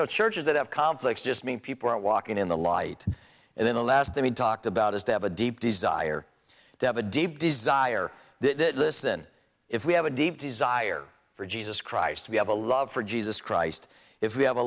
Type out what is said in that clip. know churches that have conflicts just mean people are walking in the light and then the last that he talked about is to have a deep desire to have a deep desire that this isn't if we have a deep desire for jesus christ to be have a love for jesus christ if we have a